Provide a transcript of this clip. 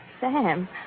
Sam